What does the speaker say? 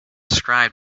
described